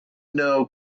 know